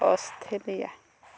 Australia